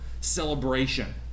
celebration